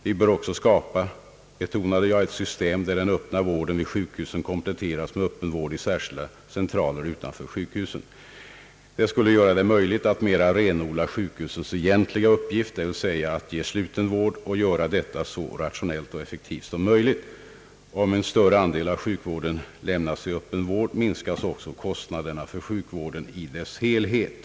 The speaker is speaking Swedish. Vi bör även, betonade jag, skapa ett system där den öppna vården vid sjukhusen kompletteras med öppen vård i särskilda centraler utanför sjukhusen. Detta skulle göra det möjligt att mera renodla sjukhusens egentliga uppgift, dvs. att ge sluten vård så rationellt och effektivt som möjligt. Om en större andel av sjukvården lämnas i öppen vård, minskas också kostnaderna för sjukvården som helhet.